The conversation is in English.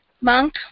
Monk